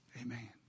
Amen